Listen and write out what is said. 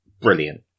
Brilliant